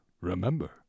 Remember